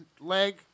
leg